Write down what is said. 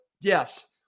Yes